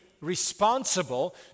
responsible